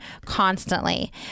constantly